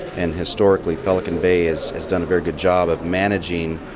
and historically, pelican bay is is done a very good job of managing